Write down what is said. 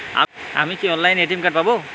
আমি কি অনলাইনে এ.টি.এম কার্ড পাব?